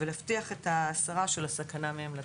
ולהבטיח את הסרת הסכנה מהם לציבור.